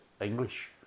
English